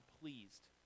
pleased